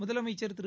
முதலமைச்சர் திரு